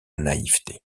naïveté